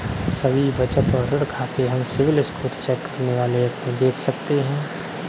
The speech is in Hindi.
सभी बचत और ऋण खाते हम सिबिल स्कोर चेक करने वाले एप में देख सकते है